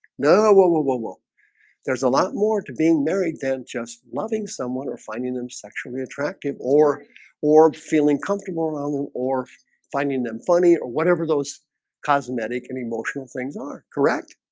no, whoa, whoa, whoa whoa there's a lot more to being married than just loving someone or finding them sexually attractive or or feeling comfortable around them or finding them funny or whatever those cosmetic and emotional things are correct.